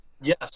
Yes